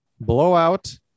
blowout